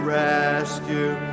rescue